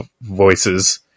voices